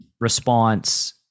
response